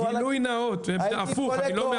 גילוי נאות, הפוך, אני לא מהצופים בטלוויזיה.